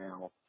now